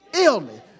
illness